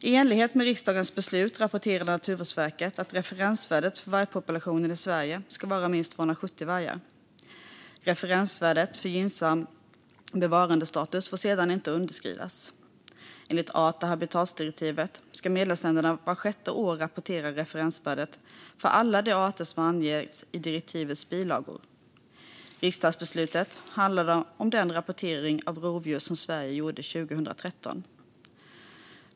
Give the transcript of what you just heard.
I enlighet med riksdagens beslut rapporterade Naturvårdsverket att referensvärdet för vargpopulationen i Sverige ska vara minst 270 vargar. Referensvärdet för gynnsam bevarandestatus får sedan inte underskridas. Enligt art och habitatdirektivet ska medlemsländerna vart sjätte år rapportera referensvärden för alla de arter som anges i direktivets bilagor. Riksdagsbeslutet handlade om den rapportering av rovdjur som Sverige gjorde 2013.